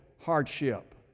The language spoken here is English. hardship